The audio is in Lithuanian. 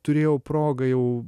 turėjau progą jau